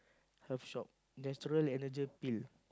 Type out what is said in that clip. health shop natural energy pill